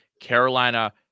Carolina